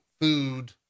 food